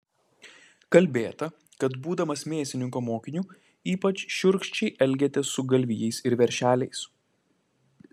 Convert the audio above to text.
kalbėta kad būdamas mėsininko mokiniu ypač šiurkščiai elgėtės su galvijais ir veršeliais